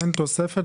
אין תוספת,